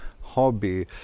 hobby